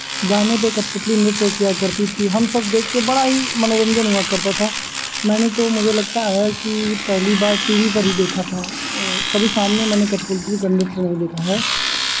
गाने पे कठपुतली नृत्य किया करती थी हम सब देख के बड़ा ही मनोरंजन हुआ करता था मैंने तो मुझे लगता है कि पहली बार टी वी पर ही देखा था और कभी सामने मैंने कठपुतली का नृत्य नहीं देखा है